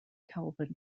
calvin